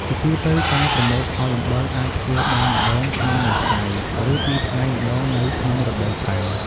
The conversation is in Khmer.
ជាទូទៅ ការប្រមូលផលអំបិលអាចធ្វើបានម្តងក្នុងមួយថ្ងៃ ឬពីរថ្ងៃម្ដងនៅក្នុងរដូវប្រាំង។